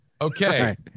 Okay